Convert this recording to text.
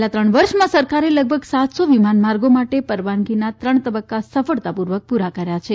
છેલ્લા ત્રણ વર્ષમાં સરકારે લગભગ સાતસો વિમાન માર્ગો માટે પરવાનગીના ત્રણ તબકકા સફળતાપુર્વક પુરા કર્યા છે